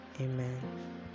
Amen